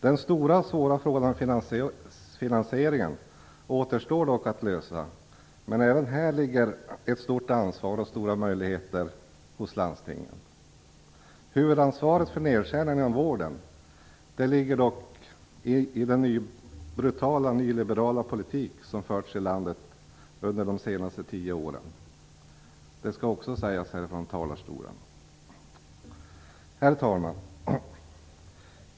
Den stora och svåra frågan om finansieringen återstår dock att lösa, men även här ligger ett stort ansvar och stora möjligheter hos landstingen. Huvudansvaret för nedskärningarna inom vården ligger dock i den brutala, nyliberala politik som förts i landet under de senaste tio åren - det skall också sägas från kammarens talarstol! Herr talman!